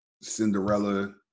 cinderella